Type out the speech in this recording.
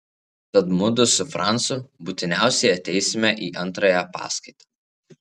tad mudu su francu būtiniausiai ateisime į antrąją paskaitą